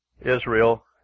Israel